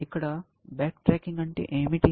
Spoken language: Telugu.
ఇక్కడ బ్యాక్ట్రాకింగ్ అంటే ఏమిటి